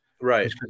right